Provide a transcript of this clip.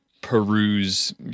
peruse